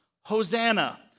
Hosanna